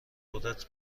قدرت